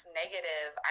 negative